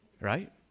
right